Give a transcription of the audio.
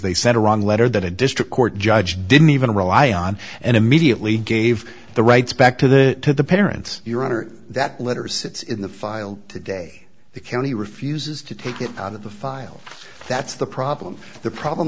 they sent a wrong letter that a district court judge didn't even rely on and immediately gave the rights back to the parents your honor that letter sits in the file today the county refuses to take it out of the file that's the problem the problem